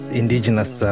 indigenous